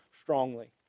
strongly